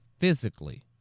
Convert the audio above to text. physically